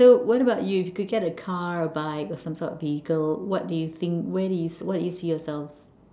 so what about you you could get a car a bike or some sort of vehicle what do you think where do you what do you see yourself